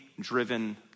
driven